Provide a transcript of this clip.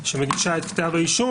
שמגישה את כתב האישום.